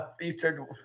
Eastern